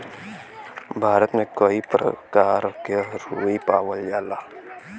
भारत में कई परकार क रुई पावल जाला